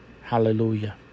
Hallelujah